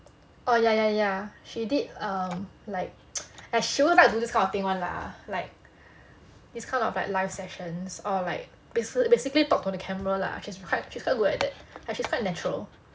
orh ya ya ya she did um like she always like to do this kinda thing [one] lah like this kind of like live sessions or like basically talk to the camera lah like she's quite good at that she's quite natural